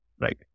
right